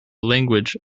language